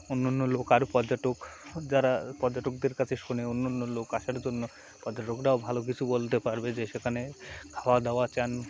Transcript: অন্যন্য লোক আরও পর্যটক যারা পর্যটকদের কাছে শোনে অন্যন্য লোক আসার জন্য পর্যটকরাও ভালো কিছু বলতে পারবে যে সেখানে খাওয়া দাওয়া চান